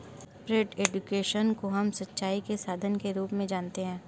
drip irrigation को हम सिंचाई के साधन के रूप में जानते है